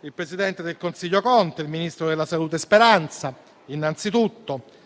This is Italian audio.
il presidente del Consiglio Conte, il ministro della salute Speranza innanzitutto,